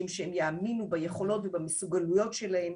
עד לכדי שהן יאמינו ביכולות ובמסוגלות העצמיות שלהן,